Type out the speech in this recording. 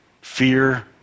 fear